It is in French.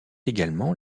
également